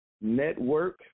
Network